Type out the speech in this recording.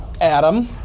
Adam